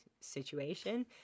situation